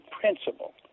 principle